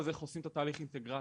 אז איך עושים את תהליך האינטגרציה?